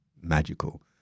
magical